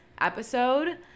episode